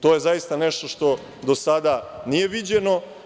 To je zaista nešto što do sada nije viđeno.